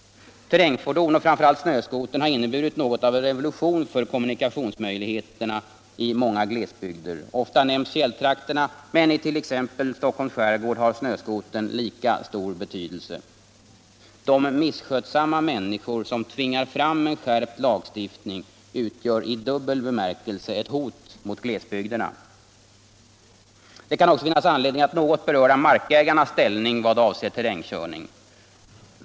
Terrängfordon, och då framför allt snöskotern, har inneburit något av en revolution när det gäller kommunikationsmöjligheterna i många glesbygder. Ofta nämns i detta sammanhang fjälltrakterna, men it.ex. Stockholms skärgård har snöskotern lika stor betydelse. De misskötsamma människor som tvingar fram en skärpt lagstiftning utgör i dubbel bemärkelse ett hot mot glesbygderna. Det kan också finnas anledning att något beröra markägarnas ställning vad avser terrängkörning.